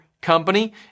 company